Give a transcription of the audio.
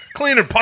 Cleaner